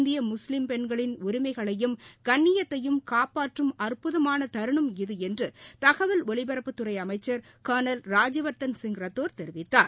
இந்திய முஸ்லீம் பெண்களின் உரிமைகளையும் கண்ணியத்தையும் காப்பாற்றும் அற்ப்புதமான தருணம் இது என்று தகவல் ஒலிபரப்புத்துறை அமைச்சர் கர்னல் ராஜ்ய வர்த்தன் ரத்தோர் தெரிவித்தார்